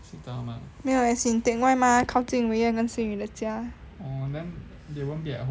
没有 as in teckwhye mah 靠近 wei yan 跟 xing yun 的家